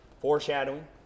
Foreshadowing